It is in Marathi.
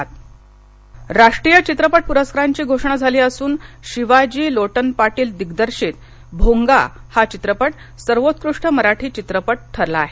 चित्रपट परस्कार राष्ट्रीय चित्रपट प्रस्कारांची घोषणा झाली असून शिवाजी लोटन पाटील दिग्दर्शित मोंगा हा चित्रपट सर्वोत्कृष्ट मराठी चित्रपट ठरला आहे